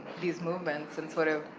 these movements, and sort of,